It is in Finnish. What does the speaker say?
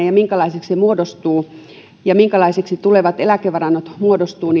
ja siihen minkälaiseksi se muodostuu ja minkälaiseksi tulevat eläkevarannot muodostuvat